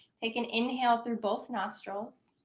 take an inhale through both nostrils.